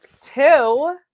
Two